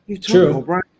True